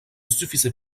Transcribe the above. suffisait